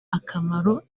akamaro